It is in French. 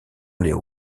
léo